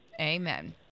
Amen